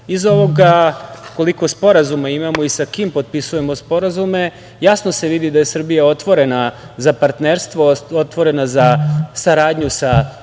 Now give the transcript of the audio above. ovoga, koliko sporazuma imamo i sa kim potpisujemo sporazume, jasno se vidi da je Srbija otvorena za partnerstvo, otvorena za saradnju sa